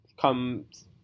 comes